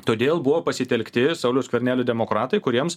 todėl buvo pasitelkti sauliaus skvernelio demokratai kuriems